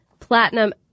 platinum